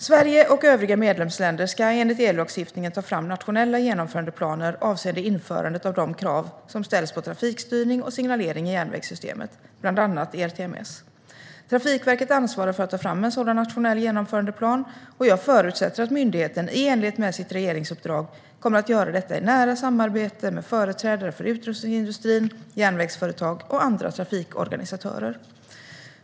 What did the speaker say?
Sverige och övriga medlemsländer ska enligt EU-lagstiftningen ta fram nationella genomförandeplaner avseende införandet av de krav som ställs på trafikstyrning och signalering i järnvägssystemet, bland annat ERTMS. Trafikverket ansvarar för att ta fram en sådan nationell genomförandeplan. Jag förutsätter att myndigheten, i enlighet med sitt regeringsuppdrag, kommer att göra detta i nära samarbete med företrädare för utrustningsindustrin, järnvägsföretag och andra trafikorganisatörer.